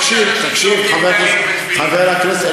תקשיב, תקשיב, חבר הכנסת,